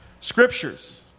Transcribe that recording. scriptures